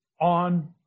on